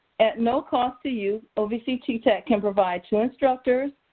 at no cost to you, ovc ttac can provide two instructors,